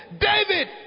David